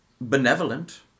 Benevolent